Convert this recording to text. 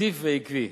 רציף ועקבי.